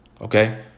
Okay